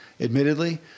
admittedly